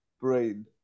brain